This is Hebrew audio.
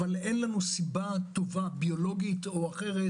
אבל אין לנו סיבה טובה ביולוגית או אחרת